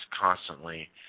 constantly